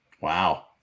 Wow